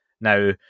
Now